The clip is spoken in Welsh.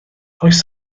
oes